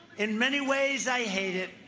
in many ways, i hate it,